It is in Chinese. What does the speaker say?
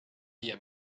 页面